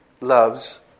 loves